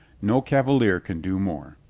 no cavalier can do more.